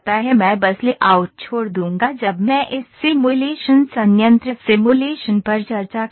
मैं बस लेआउट छोड़ दूंगा जब मैं इस सिमुलेशन संयंत्र सिमुलेशन पर चर्चा करूंगा